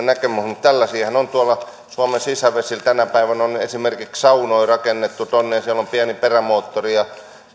näkemys mutta tällaisiahan on tuolla suomen sisävesillä tänä päivänä on esimerkiksi saunoja rakennettu tuonne ja siellä on pieni perämoottori ja